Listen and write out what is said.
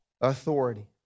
authority